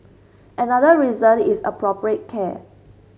another reason is appropriate care